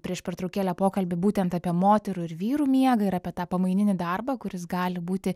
prieš pertraukėlę pokalbį būtent apie moterų ir vyrų miegą ir apie tą pamaininį darbą kuris gali būti